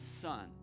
son